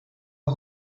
are